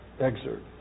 excerpt